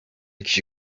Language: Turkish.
kişi